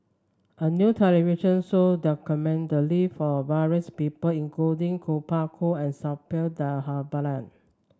a new television show document the live of various people including Kuo Pao Kun and Suppiah Dhanabalan